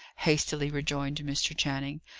hastily rejoined mr. channing.